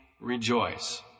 rejoice